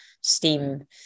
steam